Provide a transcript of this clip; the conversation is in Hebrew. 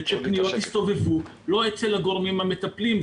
שפניות הסתובבו לא אצל הגורמים המטפלים,